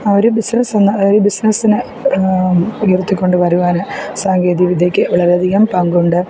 ഒരു ബിസിനസ് എന്ന ഒരു ബിസിനസിന് ഉയർത്തിക്കൊണ്ടു വരുവാൻ സാങ്കേതികവിദ്യയ്ക്ക് വളരെയധികം പങ്കുണ്ട്